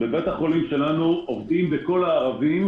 בביתה חולים שלנו עובדים בכל הערבים,